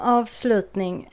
avslutning